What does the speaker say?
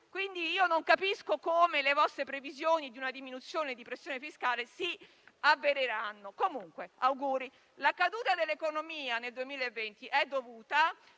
quindi non capisco come le vostre previsioni di una diminuzione della pressione fiscale si avvereranno. Comunque: auguri! La caduta dell'economia nel 2020 è dovuta